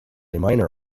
minor